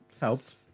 Helped